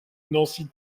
nancy